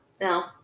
no